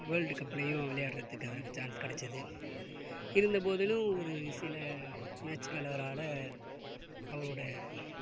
world கப்லையுயும் விளையாடுறத்துக்கு அவருக்கு சான்ஸ் கிடைச்சிது இருந்தபோதிலும் ஒரு சில மேட்ச்சில அவரால் அவரோட